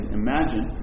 imagine